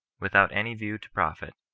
without any view to profit,